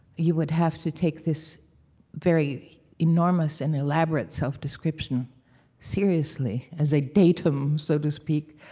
you would have to take this very enormous and elaborate self-description seriously as a datum, so to speak.